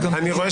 אני רואה